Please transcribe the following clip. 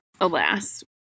alas